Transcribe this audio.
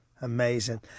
Amazing